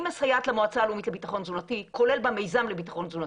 אני מסייעת למועצה הלאומית לביטחון תזונתי כולל במיזם לביטחון תזונתי.